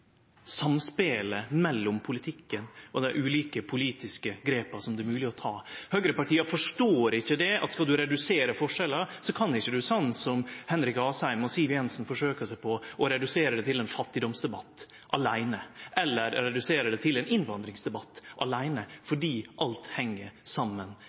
samspelet mellom politikken og dei ulike politiske grepa som det er mogleg å ta. Høgrepartia forstår ikkje at skal ein redusere forskjellar, kan ein ikkje – slik Henrik Asheim og Siv Jensen forsøker seg på – redusere det til ein fattigdomsdebatt aleine, eller redusere det til ein innvandringsdebatt aleine, fordi alt heng saman